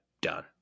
done